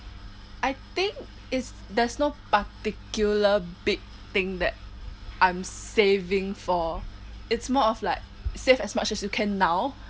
I think is there's no particular big thing that I'm saving for it's more of like save as much as you can now